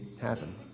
happen